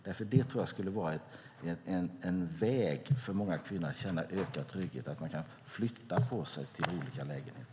Jag tror att det skulle vara en väg för många kvinnor till att känna ökad trygghet om de kunde flytta till en annan lägenhet.